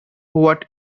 what